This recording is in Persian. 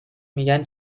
میگن